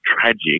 tragic